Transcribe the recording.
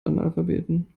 analphabeten